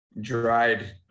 dried